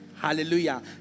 Hallelujah